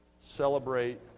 celebrate